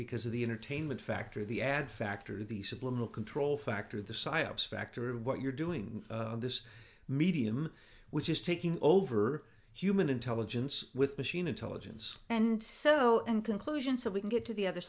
because of the entertainment factor the ad factor the subliminal control factor the psyops factor what you're doing this medium which is taking over human intelligence with machine intelligence and so in conclusion so we can get to the other